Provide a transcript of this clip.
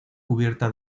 cubierta